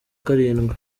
karindwi